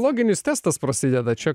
loginis testas prasideda čia